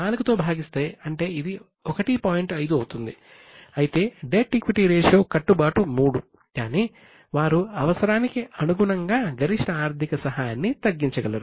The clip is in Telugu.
అయితే డెట్ ఈక్విటీ రేషియో కట్టుబాటు 3 కానీ వారు అవసరానికి అనుగుణంగా గరిష్ట ఆర్థిక సహాయాన్ని తగ్గించగలరు